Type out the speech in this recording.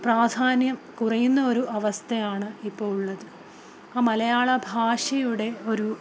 പ്രാധാന്യം കുറയുന്ന ഒരു അവസ്ഥയാണ് ഇപ്പോഴുള്ളത് ആ മലയാളഭാഷയുടെ ഒരു